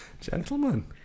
Gentlemen